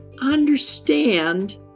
understand